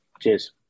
Cheers